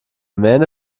mähne